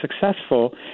successful